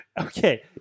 Okay